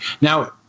Now